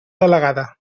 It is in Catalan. delegada